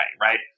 right